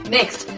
Next